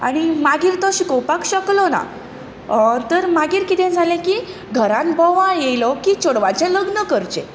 आनी मागीर तो शिकोवपाक शकलो ना तर मागीर कितें जालें की घरान बोवाळ आयलो की चेडवाचें लग्न करचें